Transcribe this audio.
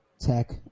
Tech